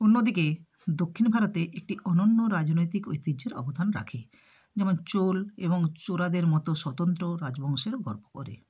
অন্য দিকে দক্ষিণ ভারতে একটি অনন্য রাজনৈতিক ঐতিহ্যের অবধান রাখে যেমন চুল এবং চোরাদের মতো স্বতন্ত্র রাজবংশের গর্ভ করে